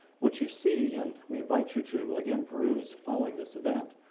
what you see and we invite you to, again, peruse following this event,